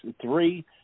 three